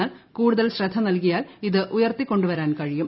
എന്നാൽ കൂടുതൽ ശ്രദ്ധ നൽകിയാൽ ഇത് ഉയർത്തിക്കൊണ്ടു വരാൻ കഴിയും